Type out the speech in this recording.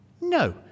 No